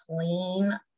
clean